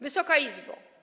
Wysoka Izbo!